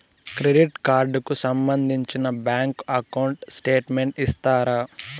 Credit card కు సంబంధించిన bank account statement ఇస్తారా?